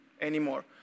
anymore